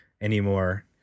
Anymore